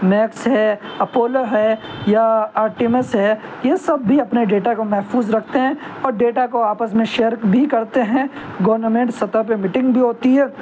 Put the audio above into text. Max ہے Apollo ہے یا آرٹیمس ہے یہ سب بھی اپنے ڈیٹا کو محفوظ رکھتے ہیں اور ڈیٹا کو آپس میں شیئر بھی کرتے ہیں گورنمنٹ سطح پہ میٹنگ بھی ہوتی ہے